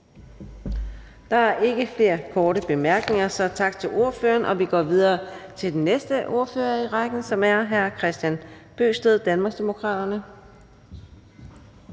Der er ikke flere korte bemærkninger. Tak til ordføreren. Vi går videre til den næste ordfører i rækken, som er hr. Kristian Bøgsted, Danmarksdemokraterne.